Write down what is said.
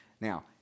Now